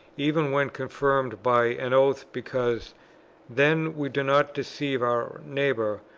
even when confirmed by an oath, because then we do not deceive our neighbour,